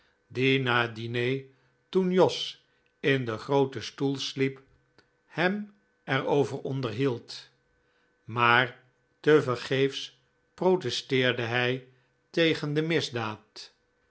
na het diner toen jos in den grooten stoel sliep hem er over onderhield maar tevergeefs protesteerde hij tegen de misdaad